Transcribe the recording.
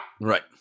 Right